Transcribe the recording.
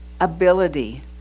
ability